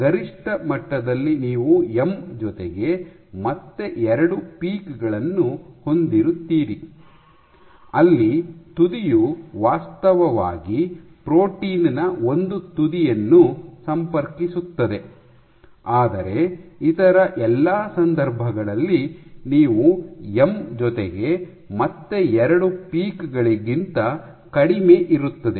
ಗರಿಷ್ಠ ಮಟ್ಟದಲ್ಲಿ ನೀವು ಎಂ ಜೊತೆಗೆ ಮತ್ತೆ ಎರಡು ಪೀಕ್ ಗಳನ್ನು ಹೊಂದಿರುತ್ತೀರಿ ಅಲ್ಲಿ ತುದಿಯು ವಾಸ್ತವವಾಗಿ ಪ್ರೋಟೀನ್ ನ ಒಂದು ತುದಿಯನ್ನು ಸಂಪರ್ಕಿಸುತ್ತದೆ ಆದರೆ ಇತರ ಎಲ್ಲಾ ಸಂದರ್ಭಗಳಲ್ಲಿ ನೀವು ಎಂ ಜೊತೆಗೆ ಮತ್ತೆ ಎರಡು ಪೀಕ್ ಗಳಿಗಿಂತ ಕಡಿಮೆ ಇರುತ್ತದೆ